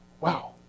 Wow